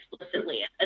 explicitly